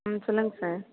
ம் சொல்லுங்க சார்